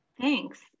Thanks